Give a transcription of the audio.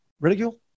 Ridicule